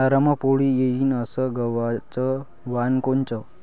नरम पोळी येईन अस गवाचं वान कोनचं?